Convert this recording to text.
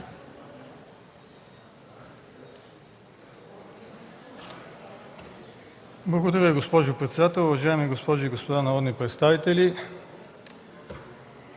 Благодаря, господин председател. Уважаеми дами и господа народни представители!